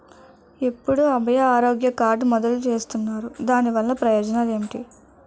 ఎప్పుడు అభయ ఆరోగ్య కార్డ్ మొదలు చేస్తున్నారు? దాని వల్ల ప్రయోజనాలు ఎంటి?